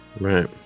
Right